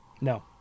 No